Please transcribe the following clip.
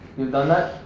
you've done that?